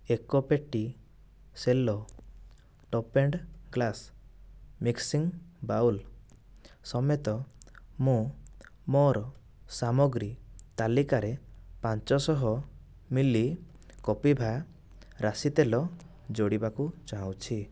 ଏକ ପେଟି Cello toughened glass mixing bowl ସମେତ ମୁଁ ମୋର ସାମଗ୍ରୀ ତାଲିକାରେ ପାଞ୍ଚ ଶହ ମି ଲି କପିଭା ରାଶି ତେଲ ଯୋଡ଼ିବାକୁ ଚାହୁଁଛି